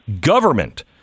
government